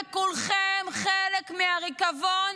וכולכם חלק מהריקבון,